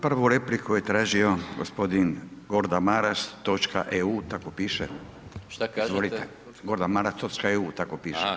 Prvu repliku je tražio gospodin Gordan Maras točka EU tako piše [[Upadica: Šta kažete?]] izvolite, Gordan Maras točka EU tako piše.